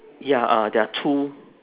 ya ah there are two